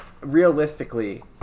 realistically